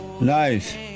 Nice